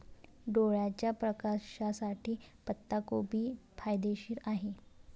डोळ्याच्या प्रकाशासाठी पत्ताकोबी फायदेशीर आहे